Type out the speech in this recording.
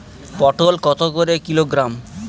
পটল কত করে কিলোগ্রাম?